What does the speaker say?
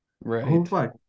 Right